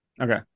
Okay